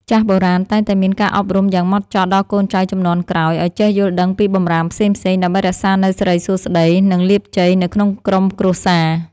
ចាស់បុរាណតែងតែមានការអប់រំយ៉ាងហ្មត់ចត់ដល់កូនចៅជំនាន់ក្រោយឱ្យចេះយល់ដឹងពីបម្រាមផ្សេងៗដើម្បីរក្សានូវសិរីសួស្តីនិងលាភជ័យនៅក្នុងក្រុមគ្រួសារ។